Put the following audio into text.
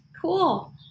cool